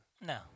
No